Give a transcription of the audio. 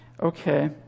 Okay